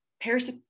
paris